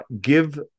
Give